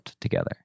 together